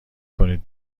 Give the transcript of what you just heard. کنید